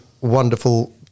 wonderful